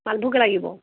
মালভোগ লাগিব